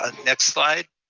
ah next slide.